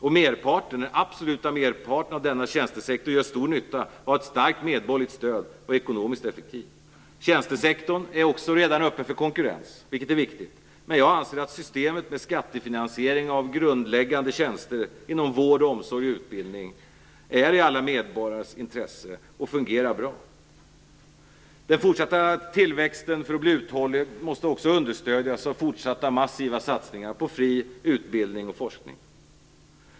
Den absoluta merparten av denna tjänstesektor gör också stor nytta, har ett starkt medborgerligt stöd och är ekonomiskt effektiv. Tjänstesektorn är också redan öppen för konkurrens - det är viktigt - men jag anser att systemet med skattefinansiering av grundläggande tjänster inom vård, omsorg och utbildning är i alla medborgares intresse och fungerar bra. Den fortsatta tillväxten måste också, för att bli uthållig, understödjas av fortsatta massiva satsningar på fri utbildning och forskning.